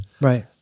Right